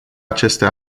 aceste